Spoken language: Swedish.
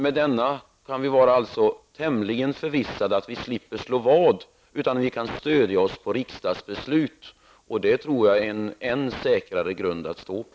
Med den kan vi alltså vara tämligen förvissade om att vi slipper slå vad utan att vi kan stödja oss på riksdagsbeslut. Det tror jag är en säkrare grund att stå på.